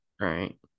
right